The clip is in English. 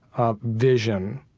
ah, vision,